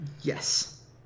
Yes